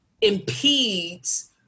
impedes